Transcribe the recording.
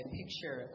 picture